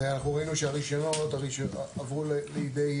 הרי אנחנו ראינו שהרישיונות עברו לידי,